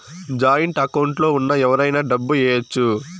joint account లో ఉన్న ఎవరైనా డబ్బు ఏయచ్చు